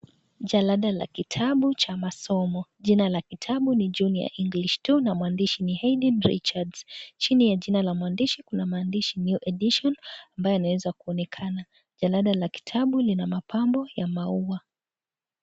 Jalada la kitabu cha masomo jina la kitabu ni Junior English two na maandishi ni Edin Richard chini la jina la mwandishi kuna maandishi new edition ambayo yanaweza kuonekana jalada la kitabu lina mapambo ya maua.